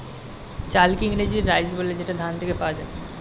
চালকে ইংরেজিতে রাইস বলে যেটা ধান থেকে পাওয়া যায়